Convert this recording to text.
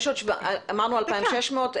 אמרנו 2,600,